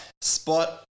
spot